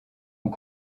ont